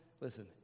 listen